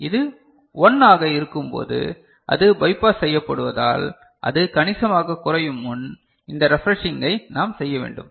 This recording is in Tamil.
இது 1 ஆக இருக்கும்போது அது பைபாஸ் செய்யப்படுவதால் அது கணிசமாக குறையும் முன் இந்த ரெப்ரெஷ்ஷிங்கை நாம் செய்ய வேண்டும்